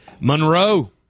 Monroe